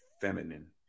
feminine